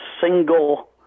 single